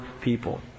people